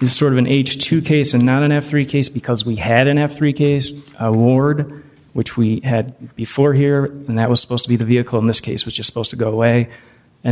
is sort of an age to case and not an f three case because we had an f three case award which we had before here and that was supposed to be the vehicle in this case was just supposed to go away and